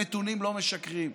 הנתונים לא משקרים.